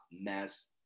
mess